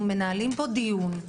אנחנו מנהלים פה דיון,